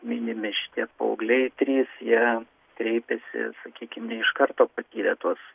minimi šitie paaugliai trys jie kreipėsi sakykim iš karto patyrę tuos